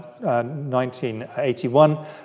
1981